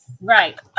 Right